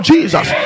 Jesus